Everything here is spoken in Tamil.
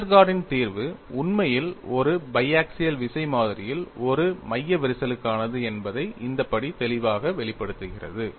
வெஸ்டர்கார்டின் Westergaard's தீர்வு உண்மையில் ஒரு பைஆக்சியல் விசை மாதிரியில் ஒரு மைய விரிசலுக்கானது என்பதை இந்த படி தெளிவாக வெளிப்படுத்துகிறது